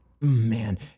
man